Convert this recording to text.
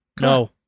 No